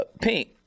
Pink